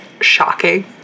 shocking